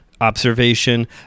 observation